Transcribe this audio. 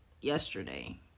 yesterday